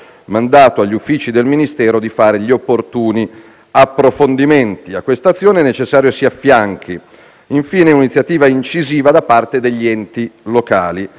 mandato agli uffici del Ministero di fare gli opportuni approfondimenti. A questa azione è necessario si affianchi un'iniziativa incisiva da parte degli enti locali.